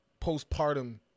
postpartum